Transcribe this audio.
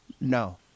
No